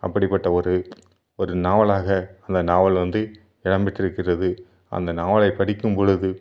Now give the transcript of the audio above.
அப்படிப்பட்ட ஒரு ஒரு நாவலாக அந்த நாவல் வந்து இடம் பெற்றுருக்கிறது அந்த நாவலை படிக்கும்பொழுது